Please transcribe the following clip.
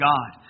God